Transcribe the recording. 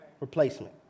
Replacement